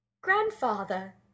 Grandfather